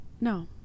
no